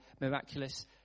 miraculous